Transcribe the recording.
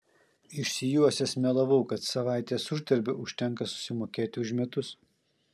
išsijuosęs melavau kad savaitės uždarbio užtenka susimokėti už metus